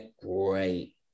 great